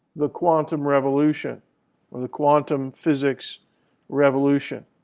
the quantum revolution or the quantum physics revolution,